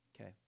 Okay